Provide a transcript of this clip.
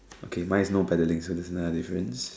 okay mine is no paddling so there's another difference